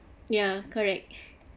ya correct